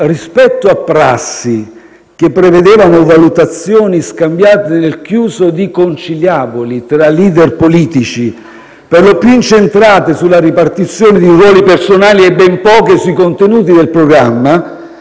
Rispetto a prassi che prevedevano valutazioni scambiate nel chiuso di conciliaboli tra *leader* politici per lo più incentrate sulla ripartizioni di ruoli personali e ben poco sui contenuti del programma,